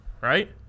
right